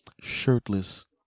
shirtless